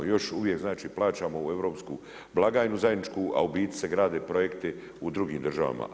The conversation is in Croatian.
Još uvijek znači plaćamo u europsku blagajnu zajedničku, a u biti se grade projekti u drugim državama.